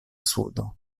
sudo